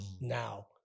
now